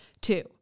Two